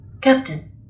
captain